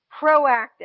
proactive